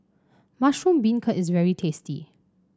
Mushroom Beancurd is very tasty